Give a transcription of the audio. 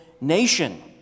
nation